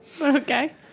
Okay